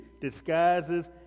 disguises